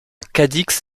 cadix